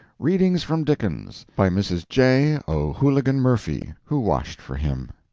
readings from dickens. by mrs. j. o'hooligan murphy, who washed for him.